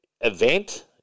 event